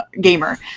gamer